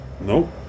Nope